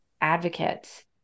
advocates